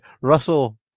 Russell